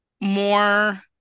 more